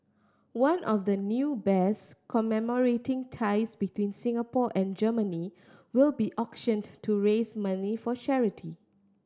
one of the new bears commemorating ties between Singapore and Germany will be auctioned to raise money for charity